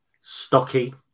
stocky